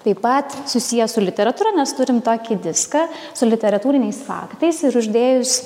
taip pat susiję su literatūra nes turim tokį diską su literatūriniais faktais ir uždėjus